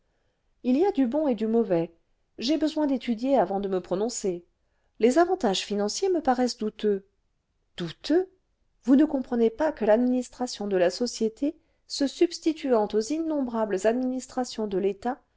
h y a du bon et du mauvais j'ai besoin d'étudier avant de me prononcer les avantages financiers me paraissent douteux douteux vous ne comprenez pas que l'administration de la société se substituant aux innombrables administrations de l'état